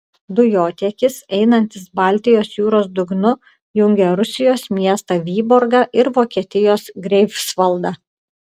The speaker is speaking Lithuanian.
dujotiekis einantis baltijos jūros dugnu jungia rusijos miestą vyborgą ir vokietijos greifsvaldą